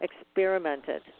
experimented